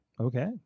okay